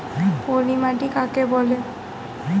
পলি মাটি কাকে বলে?